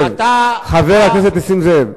חבר הכנסת נסים זאב.